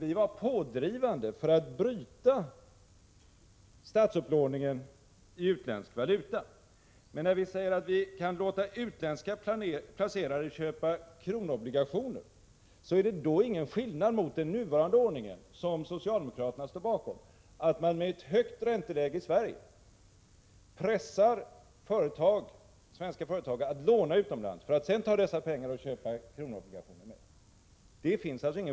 Vi var pådrivande för att bryta statsupplåningen i utländsk valuta, men när vi säger att vi kan låta utländska placerare köpa kronobligationer är det ingen skillnad mot den nuvarande ordningen, som socialdemokraterna står bakom, som innebär att svenska företag genom ett högt ränteläge i Sverige pressas att låna utomlands för att sedan ta dessa pengar och köpa kronobligationer för.